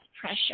pressure